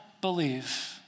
believe